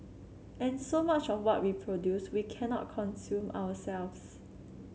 and so much of what we produce we cannot consume ourselves